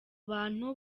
bantu